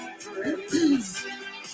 dreams